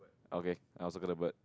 okay I also got the bird